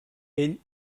ell